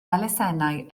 elusennau